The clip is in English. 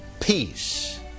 peace